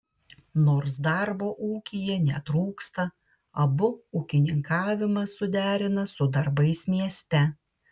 nors darbo ūkyje netrūksta abu ūkininkavimą suderina su darbais mieste